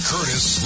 Curtis